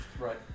right